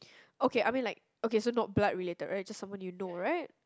okay I mean like okay so not blood related right just someone you know right